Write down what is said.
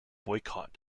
boycott